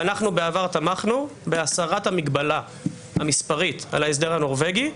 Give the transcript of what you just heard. ואנחנו בעבר תמכנו בהסרת המגבלה המספרית על ההסדר הנורבגי,